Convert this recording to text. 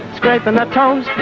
scrape and that